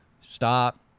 stop